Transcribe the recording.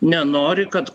nenori kad